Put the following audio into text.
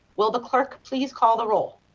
will the clerk please call the roll.